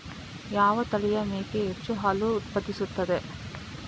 ಯಾವ ತಳಿಯ ಮೇಕೆ ಹೆಚ್ಚು ಹಾಲು ಉತ್ಪಾದಿಸುತ್ತದೆ?